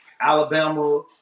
Alabama